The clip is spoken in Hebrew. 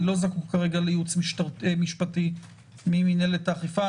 אני לא זקוק כרגע לייעוץ משפטי ממנהלת האכיפה.